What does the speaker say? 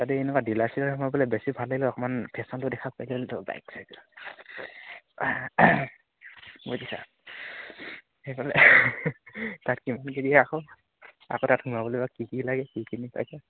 তাতে এনেকুৱা ডিলাৰ চিলাৰত সোমাব পাৰিলে বেছি ভাল লাগিলে হয় অকণমান ফেশ্যনটো দেখাব পাৰিলোহেঁতেনতো পূৰা বাইক চাইক লৈ বুজিছা সেইফালে তাত কিমানকৈ দিয়ে আকৌ আকৌ তাত সোমাবলৈ বা কি কি লাগে কিখিনি পাইছে